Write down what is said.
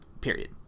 Period